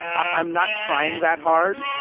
i'm not trying that hard.